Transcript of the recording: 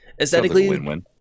aesthetically